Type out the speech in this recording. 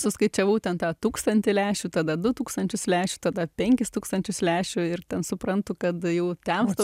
suskaičiavau ten tą tūkstantį lęšių tada du tūkstančius lęšių tada penkis tūkstančius lęšių ir ten suprantu kad jau temsta